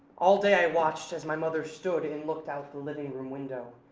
all day i watched as my mother stood and looked out the living room window.